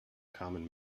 common